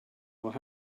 while